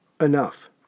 enough